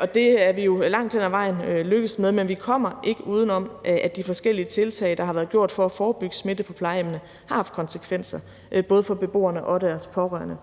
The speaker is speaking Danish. og det er vi jo langt hen ad vejen lykkedes med, men vi kommer ikke udenom, at de forskellige tiltag, der har været taget for at forebygge smitte på plejehjemmene, har haft konsekvenser, både for beboerne og deres pårørende.